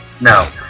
No